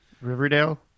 Riverdale